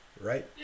right